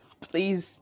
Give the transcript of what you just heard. please